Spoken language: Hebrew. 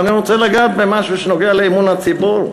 ואני רוצה לגעת במשהו שנוגע לאמון הציבור.